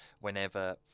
whenever